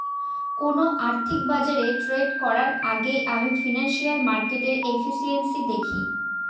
কোন আর্থিক বাজারে ট্রেড করার আগেই আমি ফিনান্সিয়াল মার্কেটের এফিসিয়েন্সি দেখি